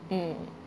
mm